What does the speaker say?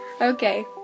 Okay